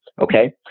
okay